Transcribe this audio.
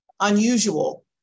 unusual